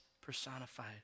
personified